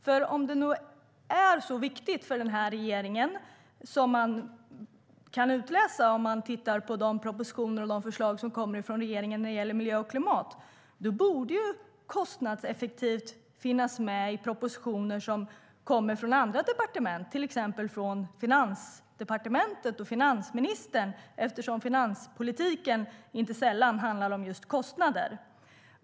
Om kostnadseffektivitet är så viktigt för regeringen som det verkar i de propositioner och förslag som kommer från regeringen när det gäller miljö och klimat borde "kostnadseffektivt" finnas med i propositioner som kommer från andra departement, till exempel från Finansdepartementet och finansministern eftersom finanspolitiken inte sällan handlar om kostnader.